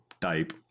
type